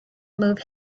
move